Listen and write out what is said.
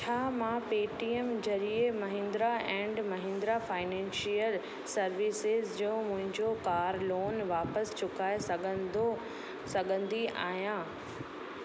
छा मां पेटीएम ज़रिए Mahindra and Mahindra financial services जो मुंहिंजो कार लोन वापिसि चुकाइ सघंदो सघंदी आहियां